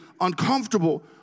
uncomfortable